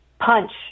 punch